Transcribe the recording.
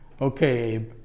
okay